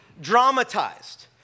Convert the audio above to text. dramatized